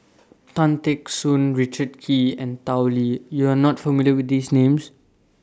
Tan Teck Soon Richard Kee and Tao Li YOU Are not familiar with These Names